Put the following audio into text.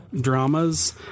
dramas